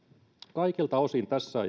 kaikilta osin tässä